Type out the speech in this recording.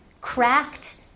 Cracked